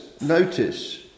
notice